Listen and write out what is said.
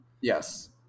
Yes